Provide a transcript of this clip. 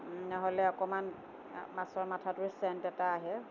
নহ'লে অকণমান মাছৰ মাথাটোৰ ছেণ্ট এটা আহে